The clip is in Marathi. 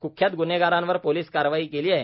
कुख्यात गुन्हेगारांवर पोलीस कारवाई केली आहे